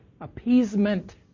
appeasement